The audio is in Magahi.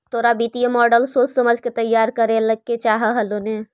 तोरा वित्तीय मॉडल सोच समझ के तईयार करे के चाह हेलो न